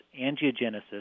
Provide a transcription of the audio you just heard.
angiogenesis